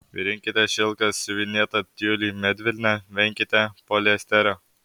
rinkitės šilką siuvinėtą tiulį medvilnę venkite poliesterio